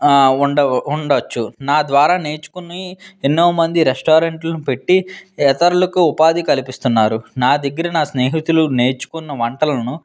ఉండవు ఉండచ్చు నా ద్వారా నేర్చుకుని ఎన్నో మంది రెస్టారెంట్లు పెట్టి ఇతరులకు ఉపాధి కల్పిస్తున్నారు నా దగ్గర నా స్నేహితులు నేర్చుకున్న వంటలను